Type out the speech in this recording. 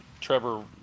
Trevor